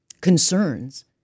concerns